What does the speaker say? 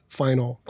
final